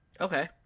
Okay